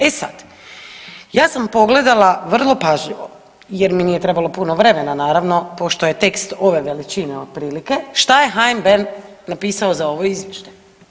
E sad, ja sam pogledala vrlo pažljivo jer mi nije trebalo puno vremena naravno pošto je tekst ove veličine otprilike šta je HNB napisao za ovo izvješće.